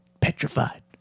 Petrified